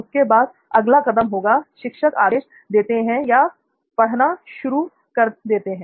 उसके बाद अगला कदम होगा शिक्षक आदेश देते हैं या पढ़ाना शुरू कर देते हैं